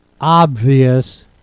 obvious